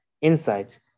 insights